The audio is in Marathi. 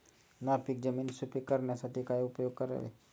नापीक जमीन सुपीक करण्यासाठी काय उपयोग करावे?